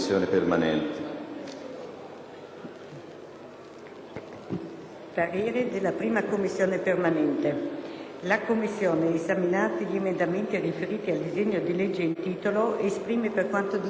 «La 1a Commissione permanente, esaminati gli emendamenti riferiti al disegno di legge in titolo, esprime, per quanto di competenza, i seguenti pareri: